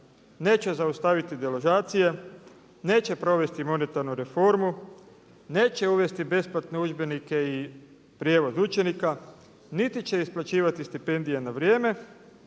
neće zaustaviti deložacije, neće provesti monetarnu reformu, neće uvesti besplatne udžbenike i prijevoz učenika niti će isplaćivati stipendije na vrijeme